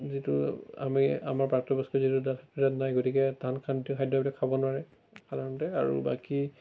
যিটো আমি আমাৰ প্ৰাপ্তবয়স্ক যিটো দাঁত সেই দাঁত নাই গতিকে টান খাদ্যবিলাক খাব নোৱাৰে সাধাৰণতে আৰু বাকী